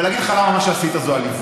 אבל אני אגיד לך למה מה שעשית זאת עליבות,